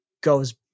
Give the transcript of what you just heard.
goes